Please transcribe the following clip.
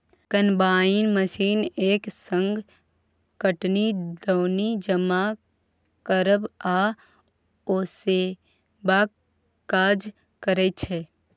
combine machine एक संग कटनी, दौनी, जमा करब आ ओसेबाक काज करय छै